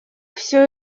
все